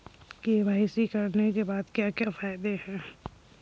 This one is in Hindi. के.वाई.सी करने के क्या क्या फायदे हैं?